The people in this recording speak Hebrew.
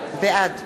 בעד